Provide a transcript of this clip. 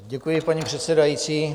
Děkuji, paní předsedající.